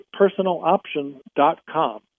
personaloption.com